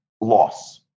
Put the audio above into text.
loss